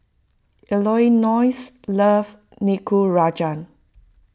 Elonzo loves Nikujaga